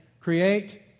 create